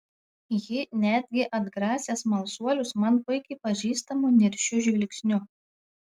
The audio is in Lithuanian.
ji netgi atgrasė smalsuolius man puikiai pažįstamu niršiu žvilgsniu